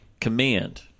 Command